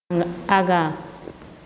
आगाँ